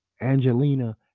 Angelina